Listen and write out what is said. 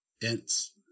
dense